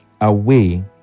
away